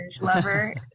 lover